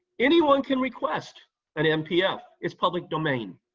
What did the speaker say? anyone can request an mpf. it's public domain,